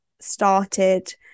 started